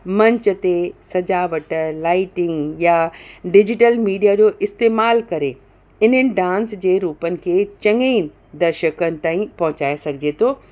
मंच ते सजावट लाइटिंग या डिजिटल मीडिया जो इस्तेमालु करे इन्हनि डांस जे रुपनि खे चङे दर्शकन ताईं पहुचाए सघिजे थो